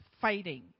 fighting